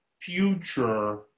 future